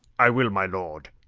i will, my lord.